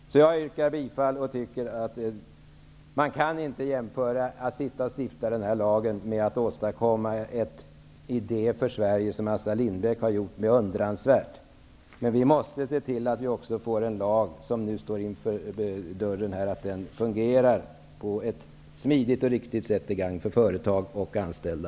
Jag yrkar bifall och anser att man inte kan jämföra stiftandet av den här lagen med att åstadkomma idéer för Sverige som Assar Lindbeck beundransvärt har gjort. Vi måste se till att vi får en lag som fungerar på ett smidigt och riktigt sätt till gagn för företag och anställda.